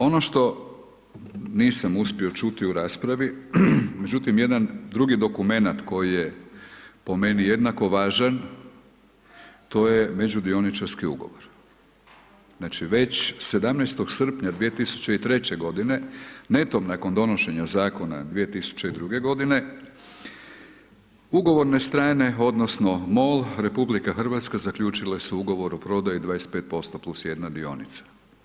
Ono što nisam uspio čuti u raspravi, međutim jedan drugi dokumenat koji je po meni jednako važan to je međudioničarski ugovor, znači već 17. srpnja 2003. godine netom nakon donošenja zakona 2002. godine ugovorne strane odnosno MOL, RH zaključile su ugovor o prodaju 25% plus 1 dionica.